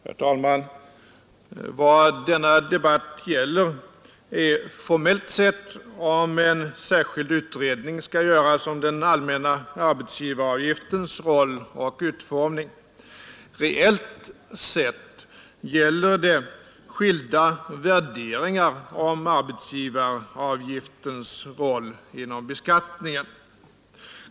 Herr talman! Vad denna debatt gäller är formellt sett om en särskild utredning skall göras om den allmänna arbetsgivaravgiftens roll och utformning. Reellt sett gäller den skilda värderingar av arbetsgivaravgiftens roll inom beskattningen.